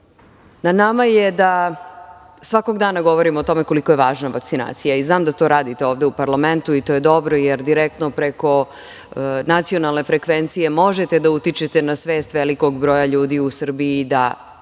nama je da svakog dana govorimo o tome koliko je važna vakcinacija i znam da to radite ovde u parlamentu i to je dobro, jer direktno preko nacionalne frekvencije možete da utičete na svest velikog broja ljudi u Srbiji da